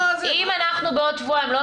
כי אי-אפשר להגיד לאנשים שברגע שיש